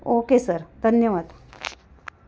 okay sir धन्यवाद